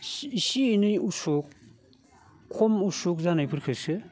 एसे एनै असुग खम असुग जानायफोरखोसो